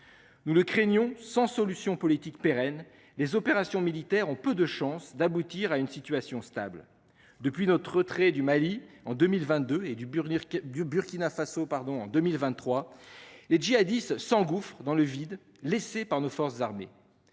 Nous le craignons sans solution politique pérenne les opérations militaires ont peu de chances d'aboutir à une situation stable depuis notre retrait du Mali en 2022 et du burlesque, du Burkina Faso, pardon en 2023. Les djihadistes s'engouffre dans le vide laissé par nos forces armées.